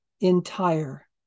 entire